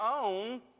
own